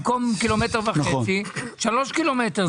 במקום 1.5 קילומטרים זה 3 קילומטרים.